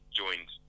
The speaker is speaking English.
joined